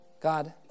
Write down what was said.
God